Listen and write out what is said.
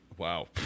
Wow